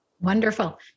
Wonderful